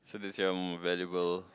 so that's your more valuable